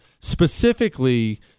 specifically